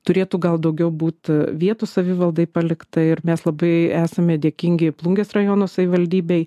turėtų gal daugiau būt vietų savivaldai palikta ir mes labai esame dėkingi plungės rajono savivaldybei